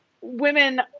women